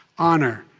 honor,